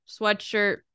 sweatshirt